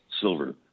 silver